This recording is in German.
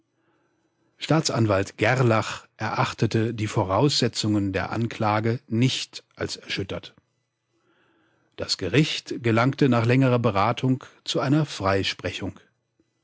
staatsanwalt gerlach erachtete die voraussetzungen der anklage nicht als erschüttert das gericht gelangte nach längerer beratung zu einer freisprechung